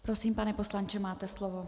Prosím, pane poslanče, máte slovo.